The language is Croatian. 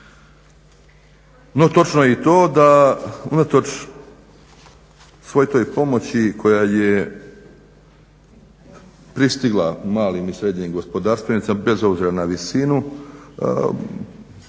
No točno je i to da unatoč svoj toj pomoći koja je pristigla malim i srednjim gospodarstvenicima bez obzira na visinu,